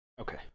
Okay